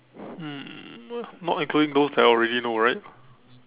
hmm not including those that I already know right